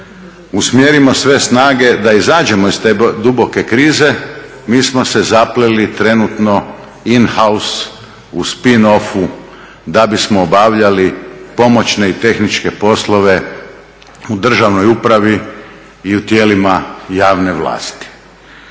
usmjerimo sve snage da izađemo iz te duboke krize mi smo se zapleli trenutno in house u spin offu da bismo obavljali pomoćne i tehničke poslove u državnoj upravi i u tijelima javne vlasti.